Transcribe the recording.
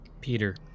Peter